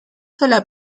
sola